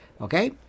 okay